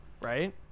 right